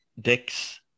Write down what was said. dicks